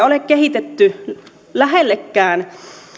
ole kehitetty lähellekään